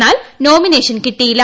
എന്നാൽ നോമിനേഷൻ കിട്ടിയില്ല